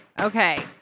Okay